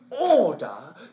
order